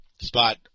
Spot